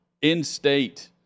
in-state